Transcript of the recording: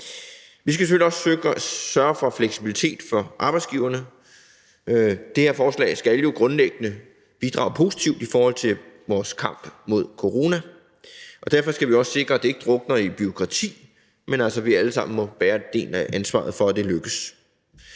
også sørge for fleksibilitet for arbejdsgiverne. Det her forslag skal jo grundlæggende bidrage positivt til vores kamp mod corona, og derfor skal vi også sikre, at det ikke drukner i bureaukrati, men vi må alle sammen bære en del af ansvaret for, at det lykkes.